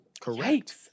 Correct